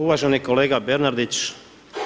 Uvaženi kolega Bernardić.